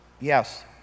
Yes